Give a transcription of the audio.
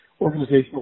organizational